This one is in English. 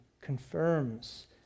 confirms